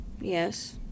Yes